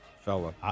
fella